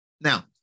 Now